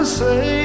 say